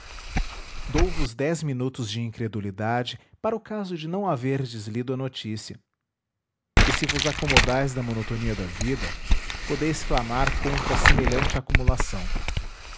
dou vos dez minutos de incredulidade para o caso de não haverdes lido a notícia e se vos acomodais da monotonia da vida podeis clamar contra semelhante acumulação